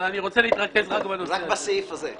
אבל אני רוצה להתרכז רק בנושא הזה.